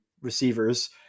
receivers